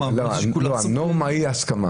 הנורמה.